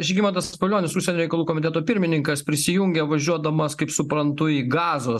žygimantas pavilionis užsienio reikalų komiteto pirmininkas prisijungė važiuodamas kaip suprantu į gazos